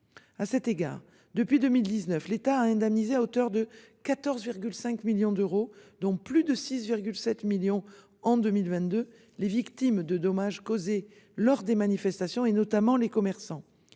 À cet égard depuis 2019 l'État à indemniser à hauteur de 14,5 millions d'euros, dont plus de 6,7 millions en 2022. Les victimes de dommages causés lors des manifestations et notamment les commerçants